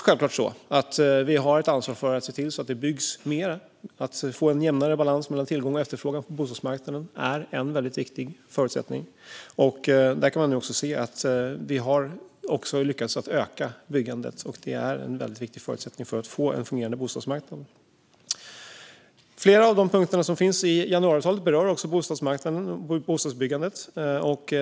Självklart har vi ett ansvar för att se till att det byggs mer. Att få en jämnare balans mellan tillgång och efterfrågan på bostadsmarknaden är en väldigt viktig förutsättning. Där kan man nu se att vi också har lyckats öka byggandet, och det är en viktig förutsättning för att få en fungerande bostadsmarknad. Flera av de punkter som finns i januariavtalet berör bostadsmarknaden och bostadsbyggandet.